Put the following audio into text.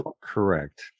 Correct